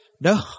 No